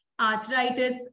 arthritis